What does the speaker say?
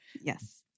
Yes